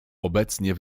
obecnie